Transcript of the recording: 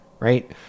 Right